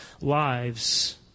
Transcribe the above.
lives